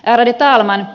ärade talman